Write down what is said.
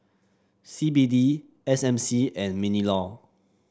C B D S M C and Minlaw